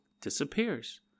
disappears